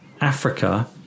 africa